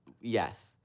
Yes